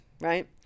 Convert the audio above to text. right